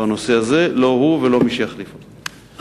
בנושא הזה, לא הוא ולא מי שיחליף אותו.